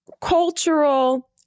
cultural